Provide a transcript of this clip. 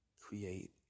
create